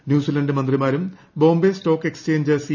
New Zealand മന്ത്രിമാരും Bombay stock exchange C